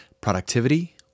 productivity